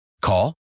Call